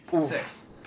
Six